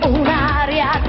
un'aria